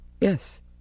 Yes